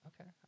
Okay